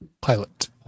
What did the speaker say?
pilot